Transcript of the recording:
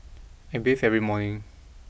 I bathe every morning